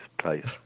place